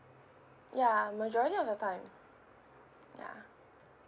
ya majority of the time ya